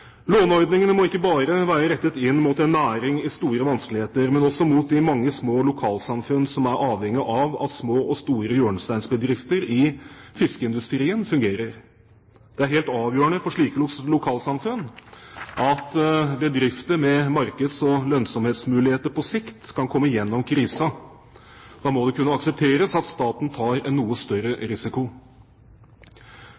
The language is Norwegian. må ikke bare være rettet inn mot en næring i store vanskeligheter, men mot de mange små lokalsamfunn som er avhengig av at små og store hjørnesteinsbedrifter i fiskeindustrien fungerer. Det er helt avgjørende for slike lokalsamfunn at bedrifter med markeds- og lønnsomhetsmuligheter på sikt kan komme gjennom krisen. Da må det kunne aksepteres at staten tar en noe større